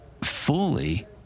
fully